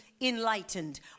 enlightened